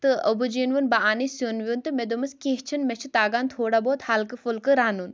تہٕ ابوٗجی یَن ووٚن بہٕ اَنے سِیُن ویُن تہٕ مےٚ دوٚپمَس کیٚنٛہہ چھُنہٕ مےٚ چھُ تَگان تھوڑا بہت ہلکہٕ فُلکہٕ رَنُن